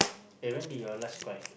eh when did you'll last cry